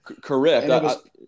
Correct